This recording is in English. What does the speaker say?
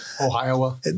Ohio